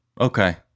Okay